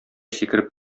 сикереп